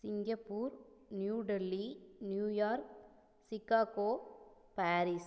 Singapore New Delhi New York Chicago Paris